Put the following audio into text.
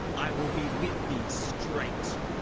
i will be with thee straight.